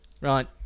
right